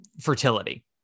fertility